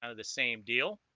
ah the same deal